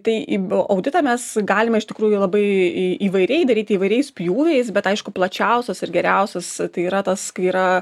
tai ib auditą mes galima iš tikrųjų labai į įvairiai daryti įvairiais pjūviais bet aišku plačiausias ir geriausias tai yra tas kai yra